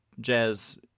jazz